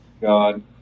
God